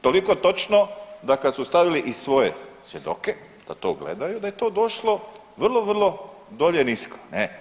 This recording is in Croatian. Toliko točno da kada su stavili i svoje svjedoke da to gledaju da je to došlo vrlo, vrlo dolje nisko.